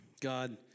God